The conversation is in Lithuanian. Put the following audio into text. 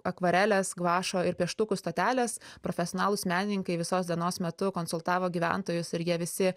akvarelės guašo ir pieštukų stotelės profesionalūs menininkai visos dienos metu konsultavo gyventojus ir jie visi